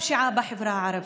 הפשיעה בחברה הערבית.